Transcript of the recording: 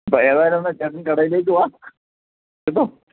അപ്പോൾ ഏതായാലും ഒന്ന് ചേട്ടൻ കടയിലേക്ക് വാ കേട്ടോ